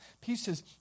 pieces